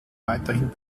weiterhin